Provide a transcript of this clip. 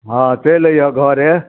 हँ चैलि अइहऽ घरे